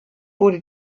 wurde